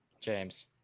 James